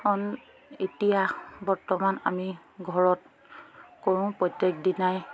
এতিয়া বৰ্তমান আমি ঘৰত কৰোঁ প্ৰত্যেকদিনাই